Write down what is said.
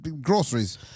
groceries